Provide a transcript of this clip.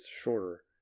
shorter